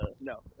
No